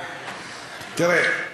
תראה,